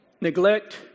neglect